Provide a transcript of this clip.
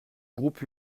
groupe